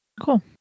Cool